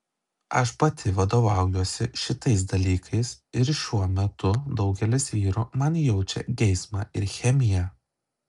aš pati vadovaujuosi šitais dalykais ir šiuo metu daugelis vyrų man jaučia geismą ir chemiją